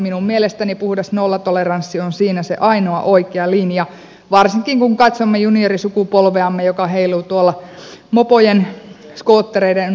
minun mielestäni puhdas nollatoleranssi on siinä se ainoa oikea linja varsinkin kun katsomme juniorisukupolveamme joka heiluu tuolla mopojen skoottereiden ynnä muuta